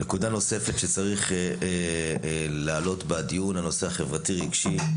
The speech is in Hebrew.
נקודה נוספת שצריך להעלות בדיון הוא הנושא החברתי-רגשי,